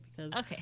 Okay